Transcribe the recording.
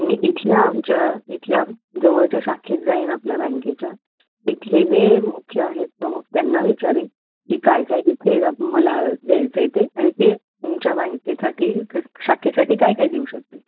मी इथल्या आमच्या इथल्या जवळच्या शाखेत जाईन आपल्या बँकेच्या इथले जे मुख्य आहेत प्रमुख त्यांना विचारीन की काय काय इथे मला द्यायचं आहे ते आणि ते तुमच्या बँकेसाठी शाखेसाठी काय काय देऊ शकतील